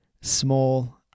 small